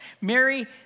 mary